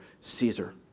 Caesar